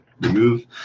remove